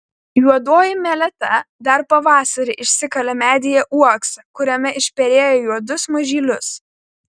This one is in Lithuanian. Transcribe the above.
juodoji meleta dar pavasarį išsikalė medyje uoksą kuriame išperėjo juodus mažylius